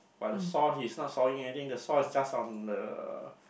but the saw he's not sawing anything the saw is just on the